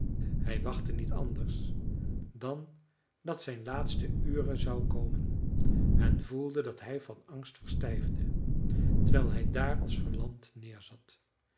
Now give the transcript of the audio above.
hij verwachtte niet anders dan dat zijn laatste ure zou komen en voelde dat hij van angst verstijfde terwijl hij daar als verlamd neerzat